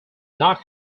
not